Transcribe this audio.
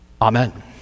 Amen